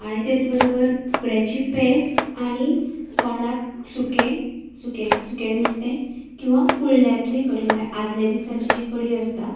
आनी तेच बरोबर उकड्याची पेज आनी तोंडांक सुकें सुकें सुकें नुस्ते किंवां कुळण्यांतली कडी म्हळ्यार आदलें दिसाची जी कडी आसता